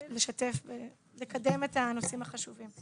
ולקדם את הנושאים החשובים.